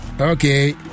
okay